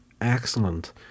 excellent